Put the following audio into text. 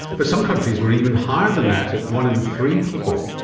but some countries were even higher than that at one in three people.